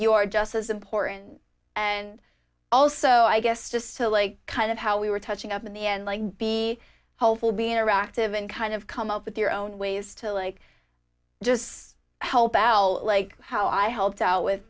you are just as important and also i guess just like kind of how we were touching up in the end like be hopeful be interactive and kind of come up with your own ways to like just help out like how i helped out with